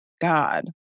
God